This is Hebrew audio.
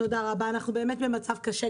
תודה רבה אנחנו באמת במצב קשה,